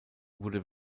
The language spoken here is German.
wurde